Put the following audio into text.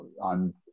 on